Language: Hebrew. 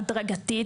התעשתות הדרגתית,